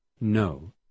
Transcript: no